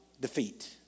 defeat